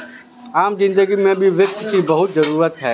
आम जिन्दगी में भी वित्त की बहुत जरूरत है